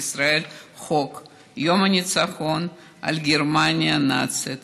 ישראל חוק יום הניצחון על גרמניה הנאצית.